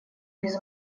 без